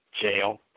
jail